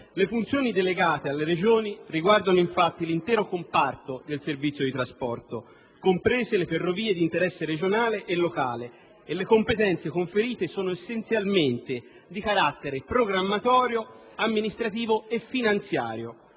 Le funzioni delegate alle Regioni riguardano, infatti, l'intero comparto del servizio di trasporto, comprese le ferrovie di interesse regionale e locale, e le competenze conferite sono essenzialmente di carattere programmatorio, amministrativo e finanziario.